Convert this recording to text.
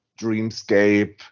dreamscape